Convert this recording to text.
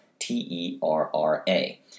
T-E-R-R-A